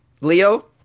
Leo